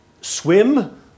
swim